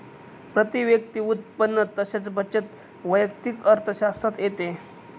प्रती व्यक्ती उत्पन्न तसेच बचत वैयक्तिक अर्थशास्त्रात येते